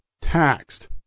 taxed